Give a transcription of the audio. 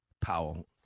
Powell